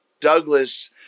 douglas